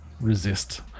resist